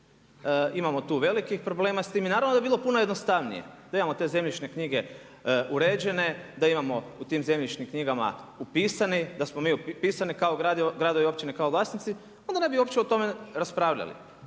imamo tu velikih problema s time. I naravno da bi bilo puno jednostavnije da imamo te zemljišne knjige uređene, da imamo u tim zemljišnim knjigama upisani, da smo mi upisani kao gradovi i općine kao vlasnici, onda ne bi uopće o tome raspravljali